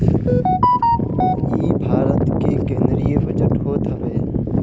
इ भारत के केंद्रीय बजट होत हवे